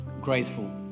Graceful